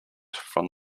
from